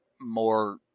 more